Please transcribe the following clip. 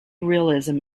realism